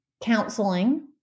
counseling